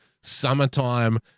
summertime